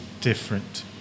different